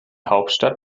hauptstadt